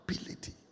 ability